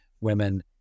women